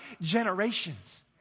generations